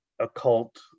occult